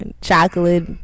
chocolate